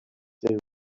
they